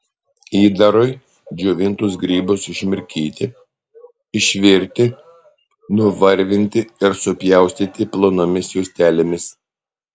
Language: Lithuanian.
įdarui džiovintus grybus išmirkyti išvirti nuvarvinti ir supjaustyti plonomis juostelėmis